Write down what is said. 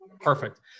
perfect